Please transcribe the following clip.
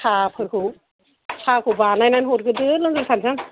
साहाफोरखौ साहाखौ बानायनानै हरग्रोदो लोंग्रोथारसां